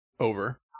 over